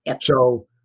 So-